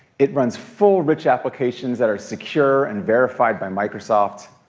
it runs full, rich applications that are secure and verified by microsoft.